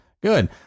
good